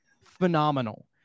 phenomenal